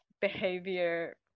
behavior